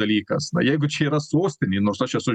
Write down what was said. dalykas na jeigu čia yra sostinė nors aš esu